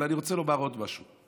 אבל אני רוצה לומר עוד משהו.